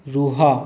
ରୁହ